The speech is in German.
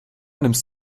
nimmst